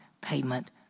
payment